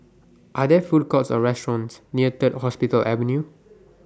Are There Food Courts Or restaurants near Third Hospital Avenue